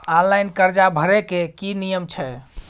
Online कर्जा भरै के की नियम छै?